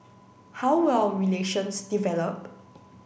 how will our relations develop